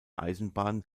eisenbahn